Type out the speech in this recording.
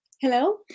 Hello